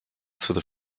through